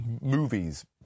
movies